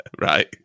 Right